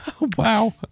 wow